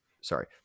sorry